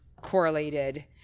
correlated